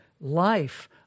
life